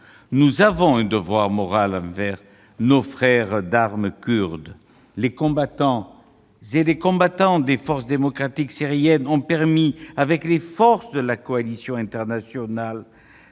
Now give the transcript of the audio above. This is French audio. nous avons un devoir moral envers nos frères d'armes kurdes. Les combattants et les combattantes des forces démocratiques syriennes ont permis, avec les forces de la coalition internationale,